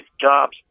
jobs